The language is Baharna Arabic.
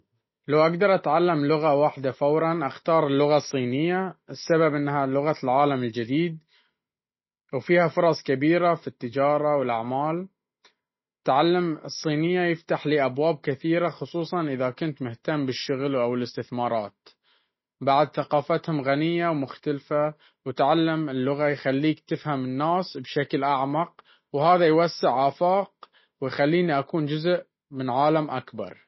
لو أقدر أتعلم لغة واحدة فورًا، أختار اللغة الصينية. السبب إنها لغة العالم الجديد، وبها فرص كبيرة في التجارة والأعمال. تعلم الصينية يفتح لي أبواب كثيرة، خصوصًا إذا كنت مهتم بالشغل أو الاستثمارات. بعد، ثقافتهم غنية ومختلفة، وتعلم اللغة يخليك تفهم الناس بشكل أعمق، وهذا يوسع آفاقي ويخليني أكون جزء من عالم أكبر.